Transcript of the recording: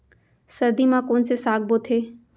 सर्दी मा कोन से साग बोथे?